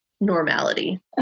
normality